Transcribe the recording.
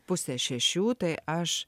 pusės šešių tai aš